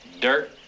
Dirt